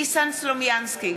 ניסן סלומינסקי,